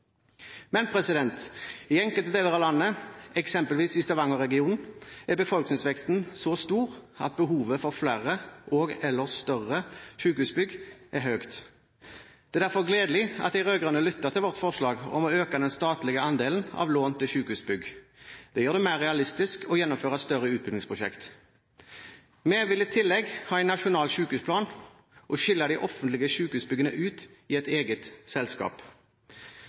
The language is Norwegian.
I enkelte deler av landet, eksempelvis i Stavanger-regionen, er befolkningsveksten så stor at behovet for flere og/eller større sykehusbygg er høyt. Det er derfor gledelig at de rød-grønne lyttet til vårt forslag om å øke den statlige andelen av lån til sykehusbygg. Det gjør det mer realistisk å gjennomføre et større utbyggingsprosjekt. Vi vil i tillegg ha en nasjonal sykehusplan og skille de offentlige sykehusbyggene ut i et eget selskap.